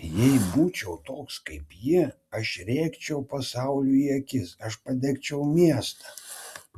jei būčiau toks kaip jie aš rėkčiau pasauliui į akis aš padegčiau miestą